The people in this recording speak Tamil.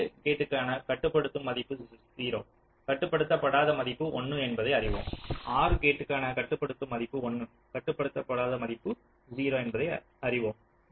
AND கேட்க்கான கட்டுப்படுத்தும் மதிப்பு 0 கட்டுப்படுத்தப்படாத மதிப்பு 1 என்பதை அறிவோம் OR கேட்க்கான கட்டுப்படுத்தும் மதிப்பு 1 கட்டுப்படுத்தப்படாதது மதிப்பு 0 என்பதை அறிவோம்